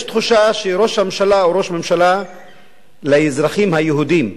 יש תחושה שראש הממשלה הוא ראש ממשלה לאזרחים היהודים,